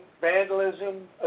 vandalism